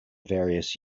various